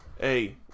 Hey